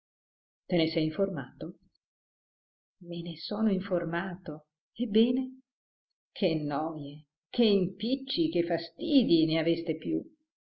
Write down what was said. te ne sei informato me ne sono informato ebbene che noje che impicci che fastidi ne aveste più